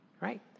Right